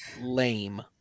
lame